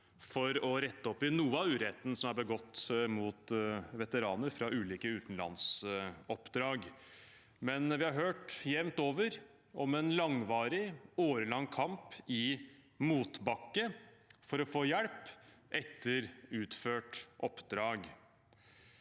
for å rette opp i noe av uretten som er begått mot veteraner fra ulike utenlandsoppdrag. Vi har jevnt over hørt om en langvarig, årelang kamp i motbakke for å få hjelp etter utført oppdrag.